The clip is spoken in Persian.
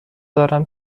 دارم